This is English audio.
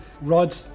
Rod